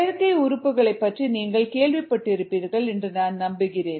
செயற்கை உறுப்புகளைப் பற்றி நீங்கள் கேள்விப்பட்டிருப்பீர்கள் என்று நான் நம்புகிறேன்